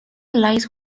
lies